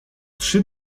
trzy